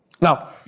Now